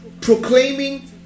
proclaiming